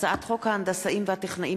הצעת חוק ההנדסאים והטכנאים,